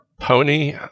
pony